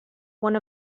one